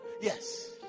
Yes